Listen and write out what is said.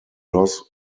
loss